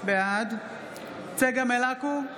בעד צגה מלקו,